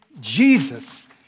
Jesus